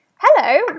Hello